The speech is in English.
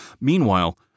Meanwhile